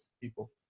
people